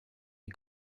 les